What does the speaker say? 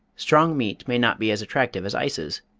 strong meat may not be as attractive as ices,